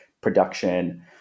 production